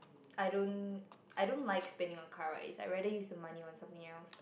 I don't I don't like spending on car rides I rather use the money on something else